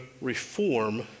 reform